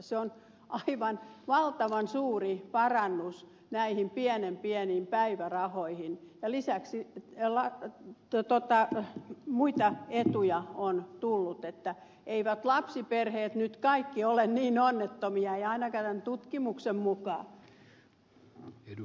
se on aivan valtavan suuri parannus näihin pienen pieniin päivärahoihin ja lisäksi muita etuja on tullut niin että eivät lapsiperheet nyt kaikki ole niin onnettomia ja ainakaan tämän tutkimuksen mukaan